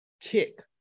tick